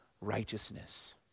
righteousness